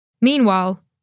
Meanwhile